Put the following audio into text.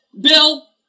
Bill